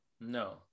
No